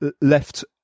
left